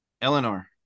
Eleanor